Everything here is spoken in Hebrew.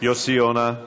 יוסי יונה,